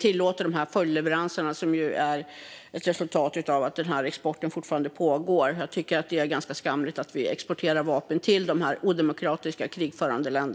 tillåter dessa följdleveranser, som ju är ett resultat av att exporten fortfarande pågår. Jag tycker att det är ganska skamligt att vi exporterar vapen till dessa odemokratiska, krigförande länder.